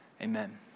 Amen